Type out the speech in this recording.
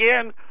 again